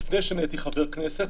לפני שהייתי חבר כנסת,